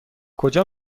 کجا